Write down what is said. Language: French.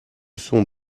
sont